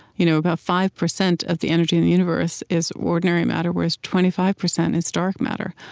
you know about five percent of the energy in the universe is ordinary matter, whereas twenty five percent is dark matter.